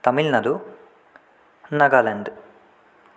Tamil Nadu Nagaland